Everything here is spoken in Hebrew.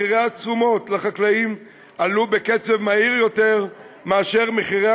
מחירי התשומות לחקלאים עלו בקצב מהיר יותר מאשר מחירי